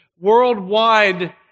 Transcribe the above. worldwide